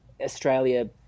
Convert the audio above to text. Australia